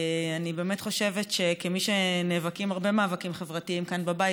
אני באמת חושבת שכמי שנאבקים הרבה מאבקים חברתיים כאן בבית,